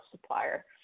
supplier